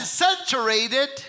saturated